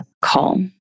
call